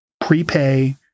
prepay